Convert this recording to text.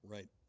Right